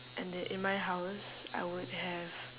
and then in my house I would have